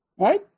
Right